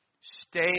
stay